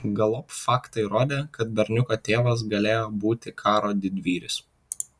galop faktai rodė kad berniuko tėvas galėjo būti karo didvyris